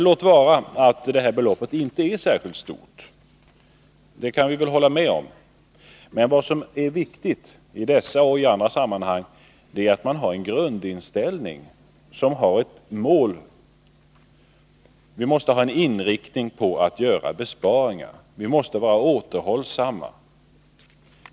Låt vara att det här beloppet inte är särskilt stort, det kan vi hålla med om, men vad som är viktigt i dessa och i andra sammanhang är att man har ett mål för sin grundinställning. Vår inriktning måste vara att göra besparingar, vi måste vara återhållsamma.